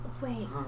Wait